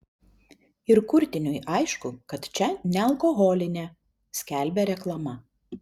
ir kurtiniui aišku kad čia nealkoholinė skelbė reklama